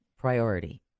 Priority